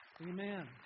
Amen